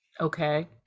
okay